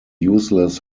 useless